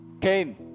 Cain